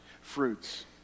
fruits